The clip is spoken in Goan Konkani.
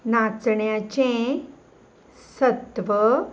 नाचण्याचें सत्व